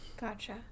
Gotcha